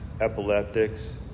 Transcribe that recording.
epileptics